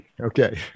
Okay